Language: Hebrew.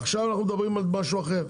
עכשיו אנחנו מדברים על משהו אחר.